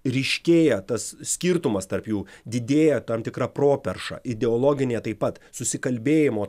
ryškėja tas skirtumas tarp jų didėja tam tikra properša ideologinė taip pat susikalbėjimo